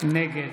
נגד